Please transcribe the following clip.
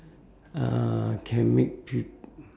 uh can make peo~